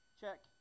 Check